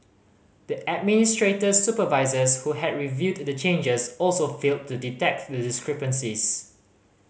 the administrator's supervisors who had reviewed the changes also failed to detect the discrepancies